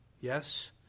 yes